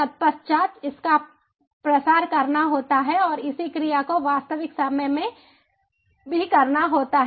तत्पश्चात इसका प्रसार करना होता है और इसी क्रिया को वास्तविक समय में भी करना होता है